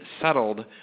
settled